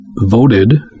voted